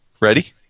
Ready